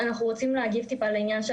אנחנו רוצים להתייחס לעניין של